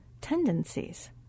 tendencies